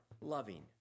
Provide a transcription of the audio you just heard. loving